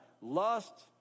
lust